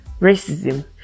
racism